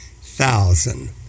thousand